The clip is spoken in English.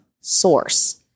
source